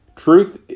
Truth